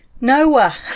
Noah